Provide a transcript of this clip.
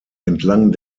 entlang